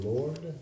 Lord